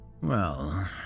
Well